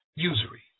Usury